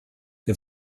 wir